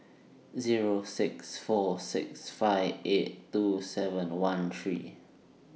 Zero six four six five eight two seven one three